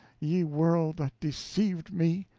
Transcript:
ye world that deceived me!